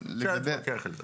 אפשר להתווכח על זה.